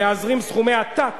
להזרים סכומי עתק